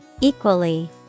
Equally